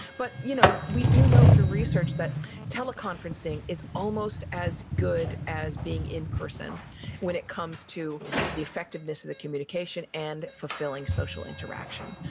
but you know we do know through research that tele-conferencing is almost as good as being in person when it comes to the effectiveness of the communication and fulfilling social interaction.